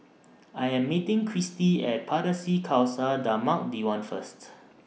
I Am meeting Cristy At Pardesi Khalsa Dharmak Diwan First